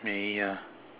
Mei-Yi ah